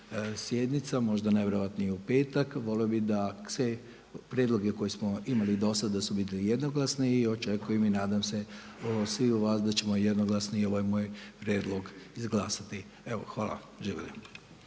sjednica možda najvjerojatnije u petak, volio bi da sve prijedloge koje smo imali do sada da su bili jednoglasni i očekujem i nadam se od svih vas da ćemo jednoglasno i ovaj moj prijedlog izglasati. Evo hvala, živjeli.